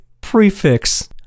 prefix